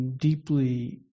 deeply